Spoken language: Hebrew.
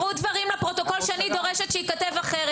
סליחה נאמרו דברים לפרוטוקול שאני דורשת שייכתב אחרת.